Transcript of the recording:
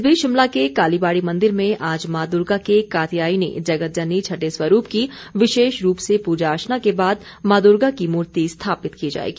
इस बीच शिमला के कालीबाड़ी मंदिर में आज माँ दुर्गा के कात्यायनी जगत जननी छठे स्वरूप की विशेष रूप से पूजा अर्चना के बाद माँ दुर्गा की मूर्ति स्थापित की जाएगी